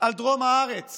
בדרום הארץ